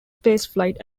spaceflight